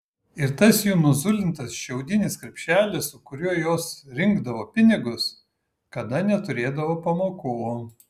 ir tas jų nuzulintas šiaudinis krepšelis su kuriuo jos rinkdavo pinigus kada neturėdavo pamokų